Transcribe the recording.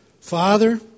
Father